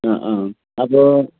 ആ ആ അപ്പോൾ